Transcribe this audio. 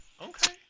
Okay